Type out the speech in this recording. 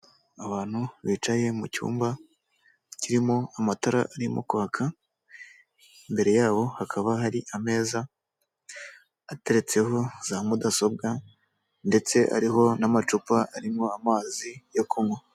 Abantu bicaye mu cyumba kirimo amatara arimo kwaka, imbere yabo hakaba hari ameza ateretseho za mudasobwa ndetse ariho n'amacupa arimo amazi yo kunywa.